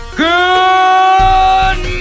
good